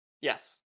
Yes